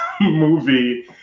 movie